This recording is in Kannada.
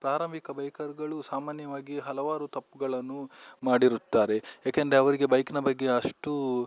ಪ್ರಾರಂಭಿಕ ಬೈಕರ್ಗಳು ಸಾಮಾನ್ಯವಾಗಿ ಹಲವಾರು ತಪ್ಪುಗಳನ್ನು ಮಾಡಿರುತ್ತಾರೆ ಏಕೆಂದರೆ ಅವರಿಗೆ ಬೈಕ್ನ ಬಗ್ಗೆ ಅಷ್ಟೂ